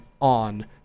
on